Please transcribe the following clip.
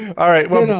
alright, well.